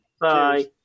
Bye